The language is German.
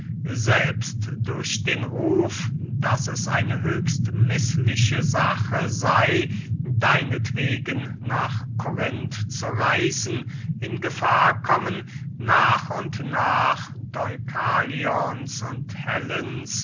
selbst durch den ruf daß es eine höchst mißliche sache sey deinetwegen nach korinth zu reisen in gefahr kommen nach und nach deukalions und hellens